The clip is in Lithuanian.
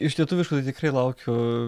iš lietuviškų tai tikrai laukiu